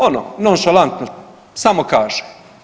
Ono, nonšalantno, samo kaže.